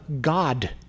God